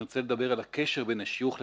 אני רוצה לדבר על הקשר בין השיוך לבניה.